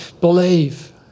believe